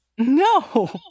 No